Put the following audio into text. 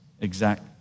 exact